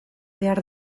behar